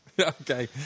Okay